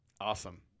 Awesome